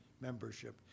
membership